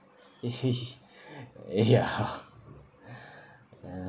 ya uh